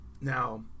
Now